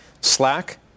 Slack